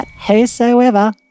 whosoever